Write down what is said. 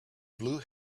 blue